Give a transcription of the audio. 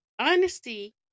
Honesty